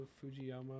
Fujiyama